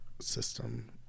system